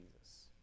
Jesus